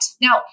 Now